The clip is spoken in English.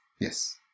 Yes